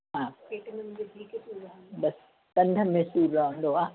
हा बसि कंध में सूर रहंदो आहे